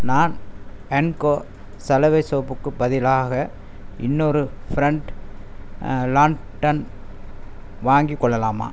நான் ஹென்கோ சலவை சோப்புக்கு பதிலாக இன்னொரு ஃப்ரண்ட் லான்டன் வாங்கிக் கொள்ளலாமா